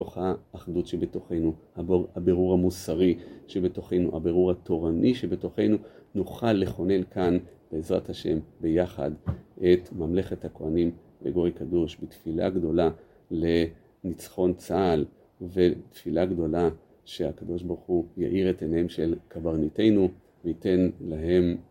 ‫בתוך האחדות שבתוכנו, ‫הבירור המוסרי שבתוכנו, ‫הבירור התורני שבתוכנו, ‫נוכל לכונן כאן בעזרת השם ‫ביחד את ממלכת הכהנים ‫לגוי קדוש בתפילה גדולה ‫לניצחון צה״ל ותפילה גדולה ‫שהקדוש ברוך הוא יאיר את עיניהם ‫של קברניטנו וייתן להם...